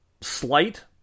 slight